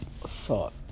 thought